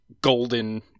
golden